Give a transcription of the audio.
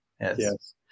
yes